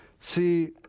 See